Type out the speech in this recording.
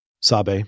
Sabe